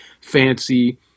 fancy